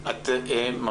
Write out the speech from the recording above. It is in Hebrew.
אילת את ממשיכה?